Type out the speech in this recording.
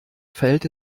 verhält